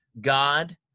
God